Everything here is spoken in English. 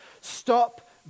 Stop